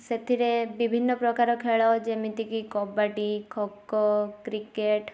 ସେଥିରେ ବିଭିନ୍ନ ପ୍ରକାର ଖେଳ ଯେମିତିକି କବାଡ଼ି ଖୋଖୋ କ୍ରିକେଟ୍